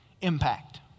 impact